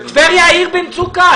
טבריה עיר במצוקה.